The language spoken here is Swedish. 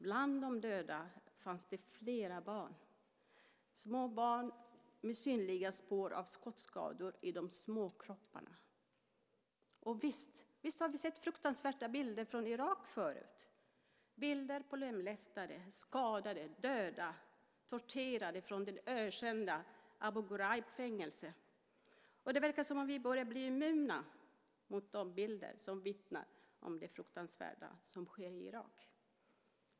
Bland de döda fanns flera barn, barn med synliga spår av skottskador i de små kropparna. Visst, vi har även tidigare sett fruktansvärda bilder från Irak. Vi har sett bilder på lemlästade, skadade, dödade, torterade från det ökända Abu Ghraib-fängelset. Det verkar som om vi börjar bli immuna mot de bilder som vittnar om det fruktansvärda som sker i Irak.